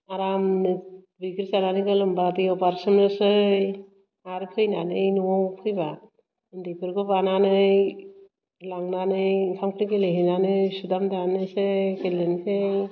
आराम ब्रैगि जानानै गोलोमबा दैयाव बारसोमनोसै आर फैनानै न'आव फैबा उन्दैफोरखौ बानानै लांनानै ओंखाम ओंख्रि गेलेहैनानै सुदाम दानोसै गेलेनोसै